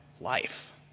life